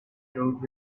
wrote